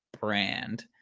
brand